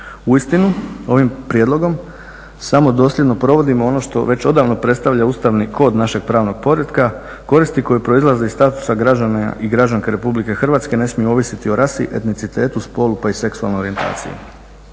Uistinu, ovim prijedlogom samo dosljedno provodimo ono što već odavno predstavlja ustavni kod našeg pravnog poretka, koristi koje proizlaze iz statusa građana i građanki Republike Hrvatske ne smiju ovisiti o rasi, etnicitetu, spolu pa i seksualnoj orijentaciji.